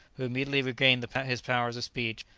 who immediately regained his powers of speech,